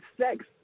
sex